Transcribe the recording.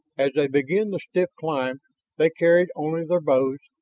as they began the stiff climb they carried only their bows,